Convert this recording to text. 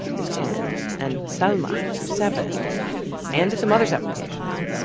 who's ten, and selwa, who's seven and at the mother's application.